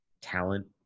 talent